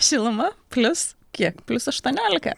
šiluma plius kiek plius aštuoniolika